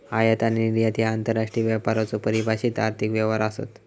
आयात आणि निर्यात ह्या आंतरराष्ट्रीय व्यापाराचो परिभाषित आर्थिक व्यवहार आसत